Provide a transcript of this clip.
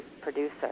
producer